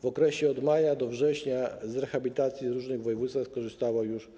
W okresie od maja do września z rehabilitacji w różnych województwach skorzystało już